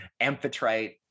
Amphitrite